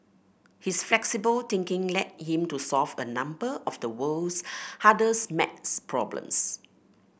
his flexible thinking led him to solve a number of the world's hardest maths problems